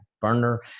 burner